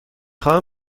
خواهم